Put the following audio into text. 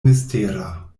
mistera